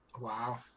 Wow